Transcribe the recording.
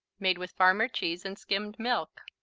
made with farmer cheese and skimmed milk.